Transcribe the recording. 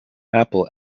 apple